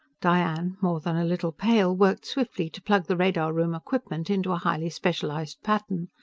diane, more than a little pale, worked swiftly to plug the radar-room equipment into a highly specialized pattern.